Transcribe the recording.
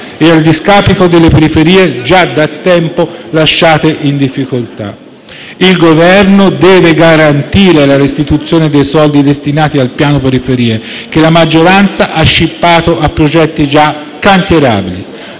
e a discapito delle periferie già da tempo lasciate in difficoltà. Il Governo deve garantire la restituzione dei soldi destinati al piano periferie, che la maggioranza ha scippato a progetti già cantierabili.